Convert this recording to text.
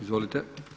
Izvolite.